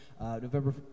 November